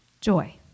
Joy